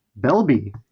Belby